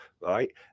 right